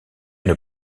une